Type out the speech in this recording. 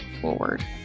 forward